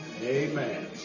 amen